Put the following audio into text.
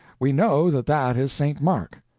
we know that that is st. mark.